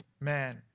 man